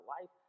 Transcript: life